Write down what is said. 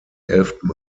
elften